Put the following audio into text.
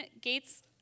Gates